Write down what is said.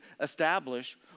establish